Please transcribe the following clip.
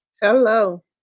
Hello